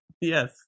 yes